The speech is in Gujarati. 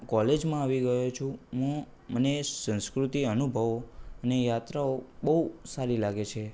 કોલેજમાં આવી ગયો છું ને મને સંસ્કૃતિ અનુભવો અને યાત્રાઓ બહુ સારી લાગે છે